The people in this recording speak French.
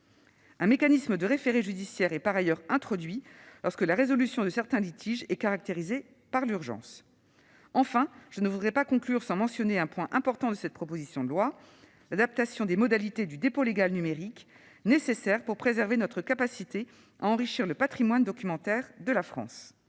Un mécanisme de référé judiciaire est par ailleurs introduit lorsque la résolution de certains litiges est caractérisée par l'urgence. Enfin, je ne voudrais pas conclure sans mentionner un point important de cette proposition de loi : l'adaptation des modalités du dépôt légal numérique, nécessaire pour préserver notre capacité à enrichir le patrimoine documentaire de la France.